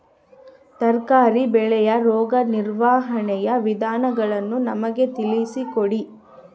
ತರಕಾರಿ ಬೆಳೆಯ ರೋಗ ನಿರ್ವಹಣೆಯ ವಿಧಾನಗಳನ್ನು ನಮಗೆ ತಿಳಿಸಿ ಕೊಡ್ರಿ?